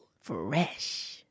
Fresh